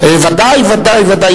ודאי, ודאי, ודאי.